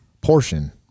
portion